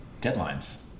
deadlines